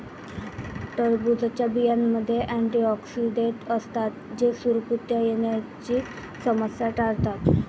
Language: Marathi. टरबूजच्या बियांमध्ये अँटिऑक्सिडेंट असतात जे सुरकुत्या येण्याची समस्या टाळतात